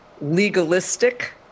legalistic